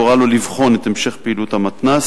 הורה לו לבחון את המשך פעילות המתנ"ס,